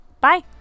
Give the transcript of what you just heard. Bye